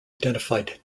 identified